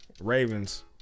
Ravens